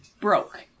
broke